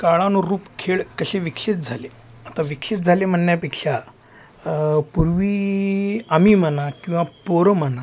काळानुरूप खेळ कसे विकसित झाले आता विकसित झाले म्हणन्यापेक्षा पूर्वी आम्ही म्हणा किंवा पोरं म्हणा